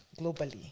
globally